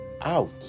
out